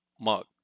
mug